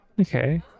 Okay